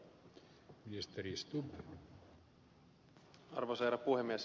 arvoisa herra puhemies